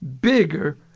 bigger